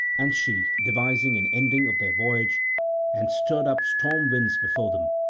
and she devised an ending of their voyage and stirred up storm-winds before them,